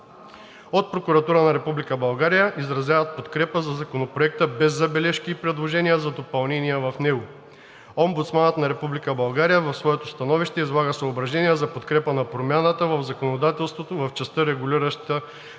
От Прокуратурата на Република България изразяват подкрепа за Законопроекта, без бележки и предложения за допълнения в него. Омбудсманът на Република България в своето становище излага съображения за подкрепа на промяната в законодателството в частта, регулираща